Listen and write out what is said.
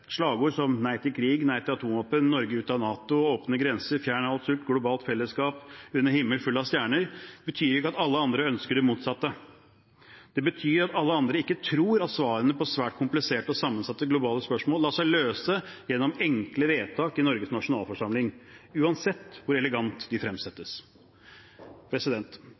slagord som «Nei til krig», «Nei til atomvåpen», «Norge ut av NATO», «Åpne grenser», «Fjern all sult» og «Globalt fellesskap under en himmel full av stjerner», betyr ikke at alle andre ønsker det motsatte. Det betyr at alle andre ikke tror at svarene på svært kompliserte og sammensatte globale spørsmål lar seg løse gjennom enkle vedtak i Norges nasjonalforsamling, uansett hvor elegant de fremsettes.